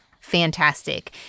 fantastic